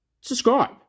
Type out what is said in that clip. Subscribe